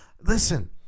Listen